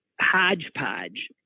hodgepodge